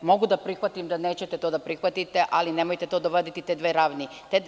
Mogu da prihvatim da nećete to da prihvatite, ali nemojte dovoditi u dve ravni.